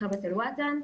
חוות אל ואתן,